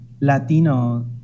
Latino